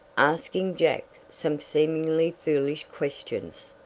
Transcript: asking jack some seemingly foolish questions.